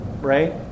right